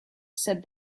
said